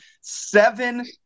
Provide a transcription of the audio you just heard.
seven